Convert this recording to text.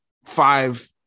Five